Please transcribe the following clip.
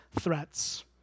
threats